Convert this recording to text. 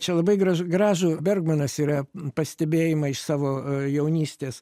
čia labai gražu gražų bergmanas yra pastebėjimą iš savo jaunystės